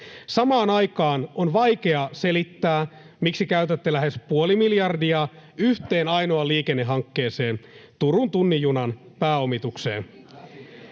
Samaan aikaan on vaikea selittää, miksi käytätte lähes puoli miljardia yhteen ainoaan liikennehankkeeseen, Turun tunnin junan pääomitukseen.